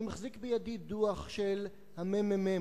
אני מחזיק בידי דוח של הממ"מ,